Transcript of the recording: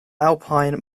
alpine